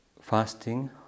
Fasting